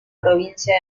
provincia